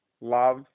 love